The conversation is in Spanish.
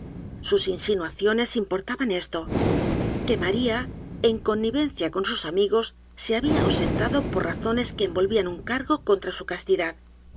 sus insinuaciones importaban esto que maría en connivencia con sus amigos se había ausentado por razones que envolvían un cargo edgar poe novelas y cuentos contra su castidad